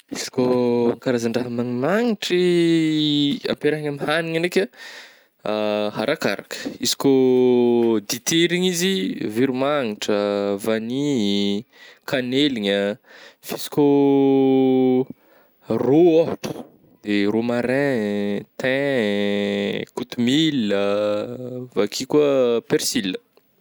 Izy kô karazan-draha magnimagnitry ampiarahigny am'hanigna ndraika arakaraka izy kô dite regny izy veromagnitra, vany, kaneligna f'izy kô rô ôhatra de romarin, thym, kotomila avake koa persila.